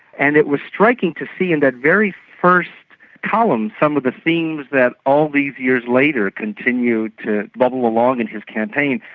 and it was striking to see in that very first column some of the themes that all these years later continue to bubble along in his campaign.